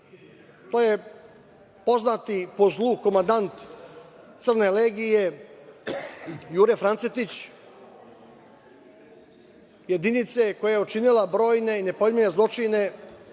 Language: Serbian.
To je poznati po zlu komandant crne legije Jure Francetić, jedinice koja je učinila brojne i nepojmljive zločine